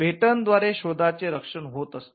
patent द्वारे शोधाचे संरक्षण होत असते